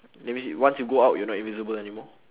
that means you once you go out you're not invisible anymore